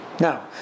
Now